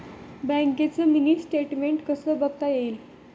बँकेचं mini statement कसं बघता येईल?